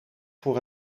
voor